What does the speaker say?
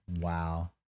Wow